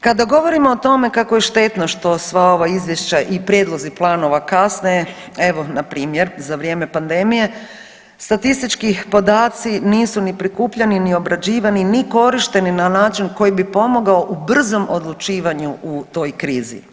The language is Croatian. Kada govorimo o tome kako je štetno što sva ova izvješća i prijedlozi planova kasne, evo npr. za vrijeme pandemije statistički podaci nisu ni prikupljani ni obrađivani ni korišteni na način koji bi pomogao u brzom odlučivanju u toj krizi.